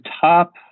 top